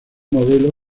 modelo